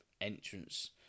entrance